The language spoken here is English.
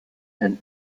and